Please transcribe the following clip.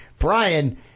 Brian